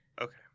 Okay